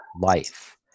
life